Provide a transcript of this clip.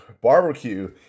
barbecue